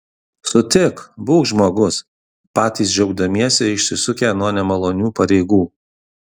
sutik būk žmogus patys džiaugdamiesi išsisukę nuo nemalonių pareigų